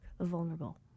vulnerable